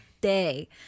day